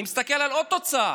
אני מסתכל על עוד תוצאה: